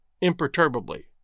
imperturbably